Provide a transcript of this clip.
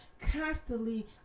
constantly